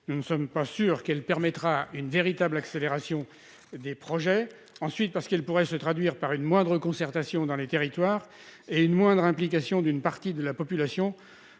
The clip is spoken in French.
nous ne sommes pas certains qu'elle permettra une véritable accélération des projets, d'autre part, parce qu'elle pourrait se traduire par une moindre concertation dans les territoires et une moindre implication d'une partie de la population